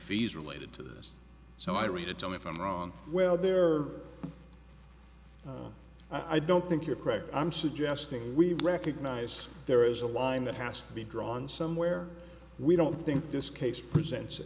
fees related to this so i read it tell me if i'm wrong well there i don't think you're correct i'm suggesting we recognize there is a line that has to be drawn somewhere we don't think this case presents